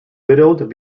widowed